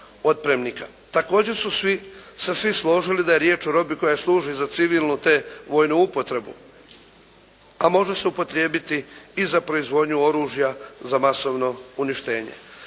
Također su se svi složili da je riječ o robi koja služi za civilnu te vojnu upotrebu, a može se upotrijebiti i za proizvodnju oružja za masovno uništenje.